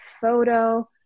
photo